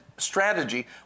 Strategy